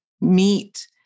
meet